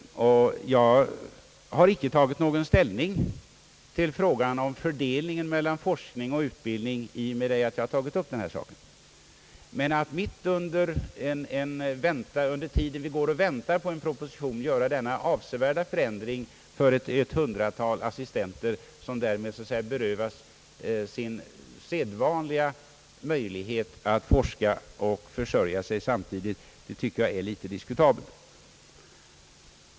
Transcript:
Jag har inte tagit någon ställning till frågan om fördelningen mellan forskning och utbildning i och med att jag fört fram saken, men jag tycker att det är litet diskutabelt att mitt under det vi väntar på en proposition göra denna avsevärda ändring för ett hundratal assistenter, som därmed så att säga berövas sin sedvanliga möjlighet att forska och samtidigt försörja sig.